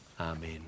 Amen